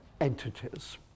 entities